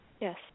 Yes